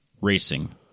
racing